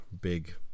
big